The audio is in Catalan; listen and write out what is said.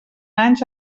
anys